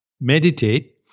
meditate